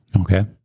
Okay